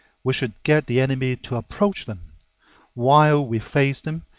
we should get the enemy to approach them while we face them,